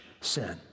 sin